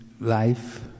life